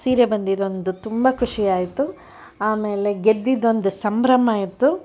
ಸೀರೆ ಬಂದಿದ್ದು ಒಂದು ತುಂಬ ಖುಷಿ ಆಯಿತು ಆಮೇಲೆ ಗೆದ್ದಿದ್ದ ಒಂದು ಸಂಭ್ರಮ ಆಯಿತು